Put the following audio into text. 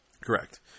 Correct